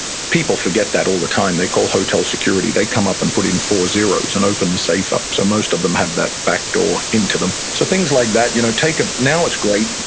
people forget that all the time. they call hotel security. they come up and put in four zeroes and open the safe up. so most of them have that back door into them, so things like that you know ah now it's great.